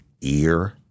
ear